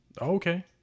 Okay